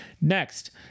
Next